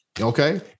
Okay